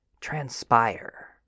transpire